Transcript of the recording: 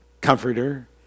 Comforter